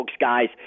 guys